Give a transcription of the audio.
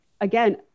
again